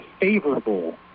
favorable